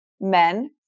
men